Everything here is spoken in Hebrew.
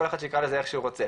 כל אחד שיקרא לזה איך שהוא רוצה.